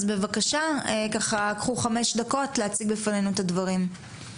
אז בבקשה, קחו חמש דקות להציג בפנינו את הדברים.